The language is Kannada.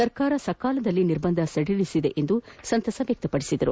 ಸರ್ಕಾರ ಸಕಾಲದಲ್ಲಿ ನಿರ್ಬಂಧ ಸಡಿಲಿಸಿದೆ ಎಂದು ಸಂತಸ ವ್ಯಕಪಡಿಸಿದರು